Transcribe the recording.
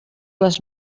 les